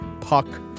Puck